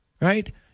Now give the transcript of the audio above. Right